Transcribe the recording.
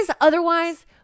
otherwise